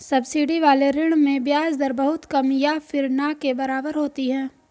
subsidy वाले ऋण में ब्याज दर बहुत कम या फिर ना के बराबर होती है